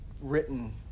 written